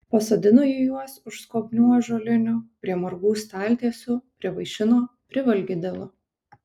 pasodino ji juos už skobnių ąžuolinių prie margų staltiesių privaišino privalgydino